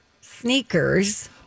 sneakers